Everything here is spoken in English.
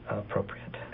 appropriate